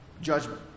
judgment